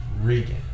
Regan